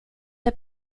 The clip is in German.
der